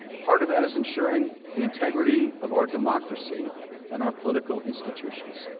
part of that is ensuring the integrity of our democracy and our political institutions.